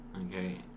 Okay